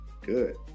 good